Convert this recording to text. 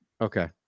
Okay